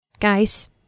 Guys